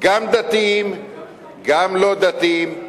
גם דתיים וגם לא דתיים,